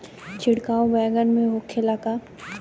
छिड़काव बैगन में होखे ला का?